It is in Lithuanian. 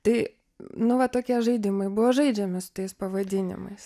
tai nu va tokie žaidimai buvo žaidžiami su tais pavadinimais